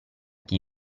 chi